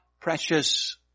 precious